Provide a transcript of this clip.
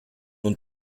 und